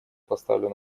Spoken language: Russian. поставлю